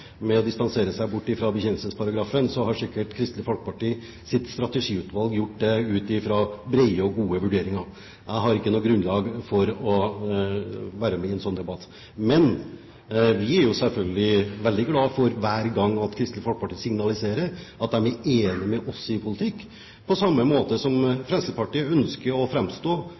med å distansere seg fra bekjennelsesparagrafen, har sikkert Kristelig Folkepartis strategiutvalg gjort det ut ifra brede og gode vurderinger. Jeg har ikke noe grunnlag for å være med i en slik debatt. Men vi er selvfølgelig veldig glad hver gang Kristelig Folkeparti signaliserer at de er enige med oss i politikken, på samme måte som Fremskrittspartiet ønsker å